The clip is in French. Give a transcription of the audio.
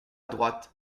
droite